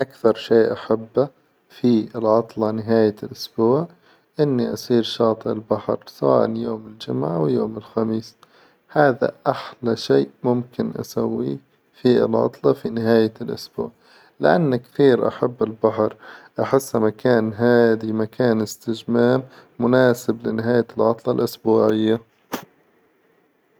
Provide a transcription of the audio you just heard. أكثر شي أحبه في العطلة نهاية الاأسبوع إني أسير شاطئ البحر سواء يوم الجمعة أو يوم الخميس، هذا أحلى شي ممكن أسويه في العطلة في نهاية الأسبوع لأني كثير أحب البحر أحسه مكان هادي مكان استجمام مناسب لنهاية العطلة الأسبوعية.